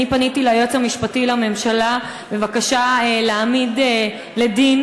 אני פניתי ליועץ המשפטי לממשלה בבקשה להעמיד לדין